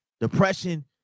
Depression